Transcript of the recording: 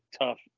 tough